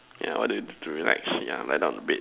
yeah what do you do to relax lie down on the bed